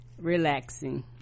relaxing